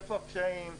איפה הקשיים,